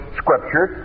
scripture